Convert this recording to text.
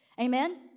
Amen